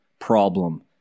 problem